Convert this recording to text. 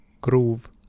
groove